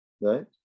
right